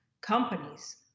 companies